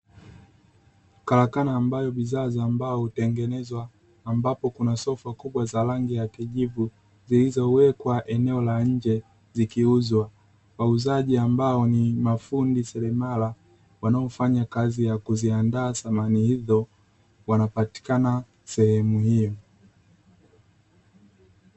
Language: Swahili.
Karakana ambayo bidhaa za mbao hutengenezwa ambapo kuna sofa kubwa za rangi ya kijivu, zilizowekwa eneo la nje zikiuzwa. Wauzaji ambao ni mafundi seremala, wanaofanya kazi ya kuziandaa thamani hizo, wanapatikana sehemu hiyo.